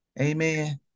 Amen